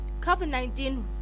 COVID-19